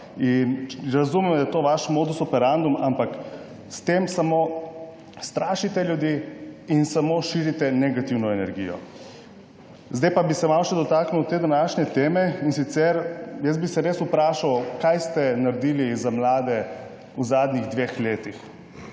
Razumem, da je to vaš modus operandi, ampak s tem samo strašite ljudi in samo širite negativno energijo. Zdaj pa bi se pa malo dotaknil še te današnje teme. Jaz bi se res vprašal, kaj ste naredili za mlade v zadnjih dveh letih.